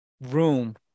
room